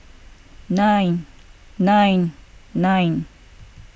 nine nine nine